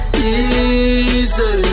Easy